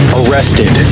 arrested